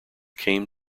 came